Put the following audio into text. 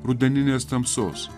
rudeninės tamsos